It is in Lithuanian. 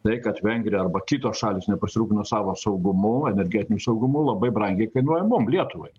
tai kad vengrija arba kitos šalys nepasirūpino savo saugumu energetiniu saugumu labai brangiai kainuoja mum lietuvai